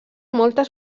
moltes